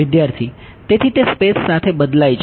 વિદ્યાર્થી તેથી તે સ્પેસ સાથે બદલાય છે